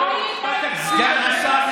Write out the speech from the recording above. מי נמצא פה כל יום?